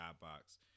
Box